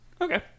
okay